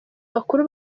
bakuru